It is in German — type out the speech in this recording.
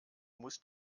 muss